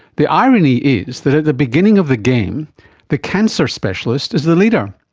the irony is that at the beginning of the game the cancer specialist is the leader.